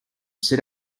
sit